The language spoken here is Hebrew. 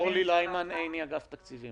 תסבירו לי איך אתם מצפים להחזיר את המשק לפעילות,